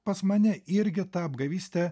pas mane irgi ta apgavystė